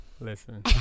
listen